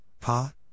Pa